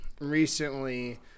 recently